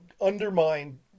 undermine